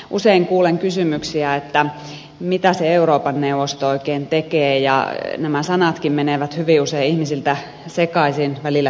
usein kuulen kysymyksiä mitä se euroopan neuvosto oikein tekee ja nämä sanatkin menevät hyvin usein ihmisiltä sekaisin välillä tässäkin talossa